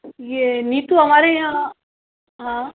ये नीतू हमारे यहाँ हाँ